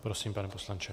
Prosím, pane poslanče.